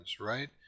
right